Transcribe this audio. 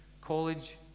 college